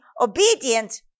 obedient